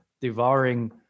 devouring